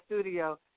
studio